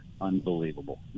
unbelievable